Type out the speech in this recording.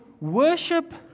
worship